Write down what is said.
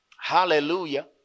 hallelujah